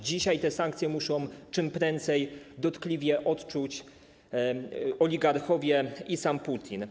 Dzisiaj te sankcje muszą czym prędzej dotkliwie odczuć oligarchowie i sam Putin.